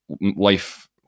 life